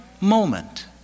moment